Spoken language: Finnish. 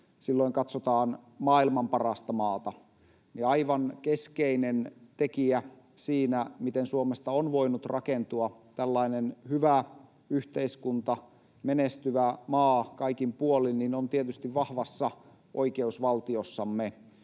silloin katsotaan maailman parasta maata, niin aivan keskeinen tekijä siinä, miten Suomesta on voinut rakentua tällainen hyvä yhteiskunta, kaikin puolin menestyvä maa, on tietysti vahva oikeusvaltiomme.